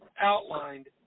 outlined